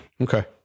Okay